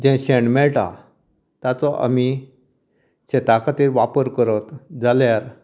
जें शेण मेळटा ताचो आमी शेता खातीर वापर करत जाल्यार